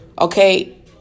Okay